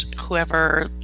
whoever